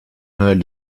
noël